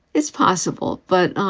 is possible. but,